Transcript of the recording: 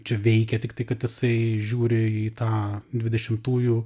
čia veikia tiktai kad jisai žiūri į tą dvidešimtųjų